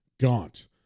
Gaunt